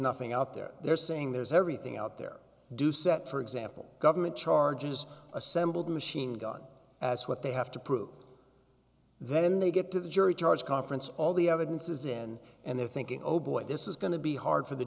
nothing out there they're saying there's everything out there do set for example government charges assembled machine gun as what they have to prove then they get to the jury charge conference all the evidence is in and they're thinking o'boy this is going to be hard for the